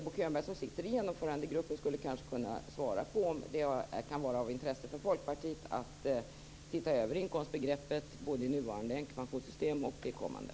Bo Könberg, som sitter i genomförandegruppen, skulle kanske kunna svara på om det kan vara av intresse för Folkpartiet att titta över inkomstbegreppet både i nuvarande änkepensionssystem och i kommande.